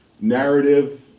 narrative